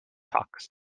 talks